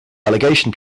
relegation